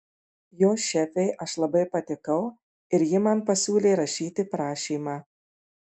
jos šefei aš labai patikau ir ji man pasiūlė rašyti prašymą